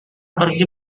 pergi